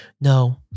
no